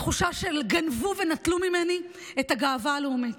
בתחושה שגנבו ונטלו ממני את הגאווה הלאומית.